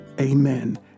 Amen